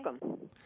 welcome